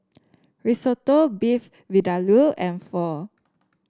Risotto Beef Vindaloo and Pho